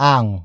Ang